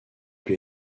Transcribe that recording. lui